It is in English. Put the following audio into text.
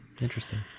Interesting